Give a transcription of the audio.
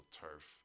turf